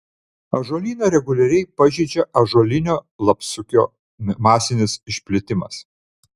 ąžuolyną reguliariai pažeidžia ąžuolinio lapsukio masinis išplitimas